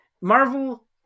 Marvel